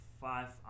five